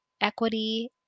equity